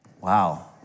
Wow